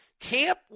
Camp